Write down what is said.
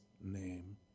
name